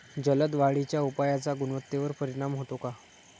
जलद वाढीच्या उपायाचा गुणवत्तेवर परिणाम होतो का?